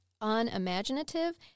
unimaginative